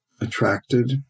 attracted